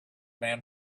man